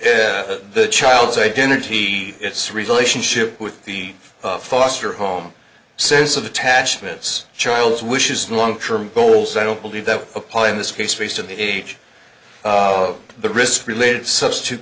if the child's identity its relationship with the foster home says of attachments child's wishes and long term goals i don't believe that apply in this case based on the age of the risk related substitute